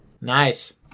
Nice